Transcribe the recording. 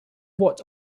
what